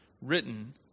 written